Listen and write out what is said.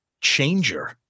changer